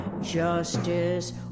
justice